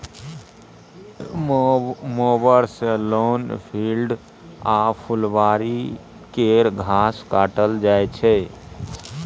mower सँ lawn, field आ फुलबारी केर घास काटल जाइ छै